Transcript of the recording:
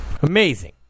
Amazing